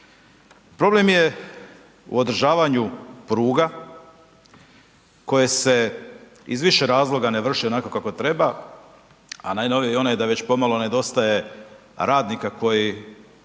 Problem je u održavaju pruga koje se iz više razloga ne vrše onako kako treba, a najnoviji je i onaj da već pomalo nedostaje radnika bez